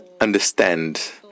understand